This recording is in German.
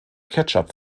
ketchup